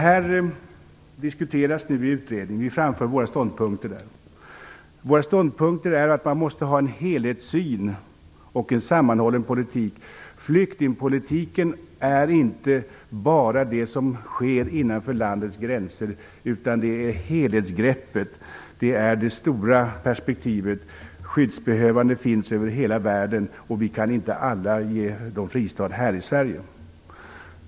Vi framför nu våra ståndpunkter i utredningen. Våra ståndpunkter är att man måste ha en helhetssyn och en sammanhållen politik. Flyktingpolitiken är inte bara det som sker innanför landets gränser, utan det är också fråga om ett helhetsgrepp - det stora perspektivet. Skyddsbehövande finns över hela världen, och vi kan inte ge alla fristad här i Sverige.